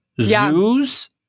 Zoos